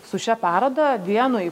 su šia paroda vienoj